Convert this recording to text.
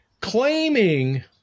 claiming